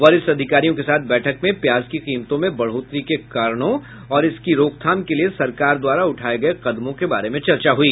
वरिष्ठ अधिकारियों के साथ बैठक में प्याज की कीमतों में बढ़ोतरी के कारणों और इसकी रोकथाम के लिए सरकार द्वारा उठाए गए कदमों के बारे में चर्चा हुई